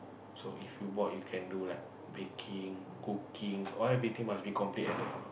so if you bored you can do like baking cooking or everything must be complete at the